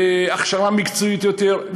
בהכשרה מקצועית יותר,